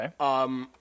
Okay